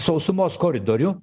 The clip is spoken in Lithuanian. sausumos koridorių